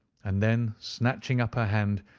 and then, snatching up her hand,